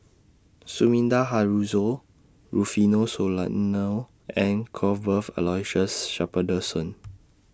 Sumida Haruzo Rufino Soliano and Cuthbert Aloysius Shepherdson